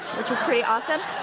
which is pretty awesome.